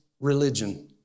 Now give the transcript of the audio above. religion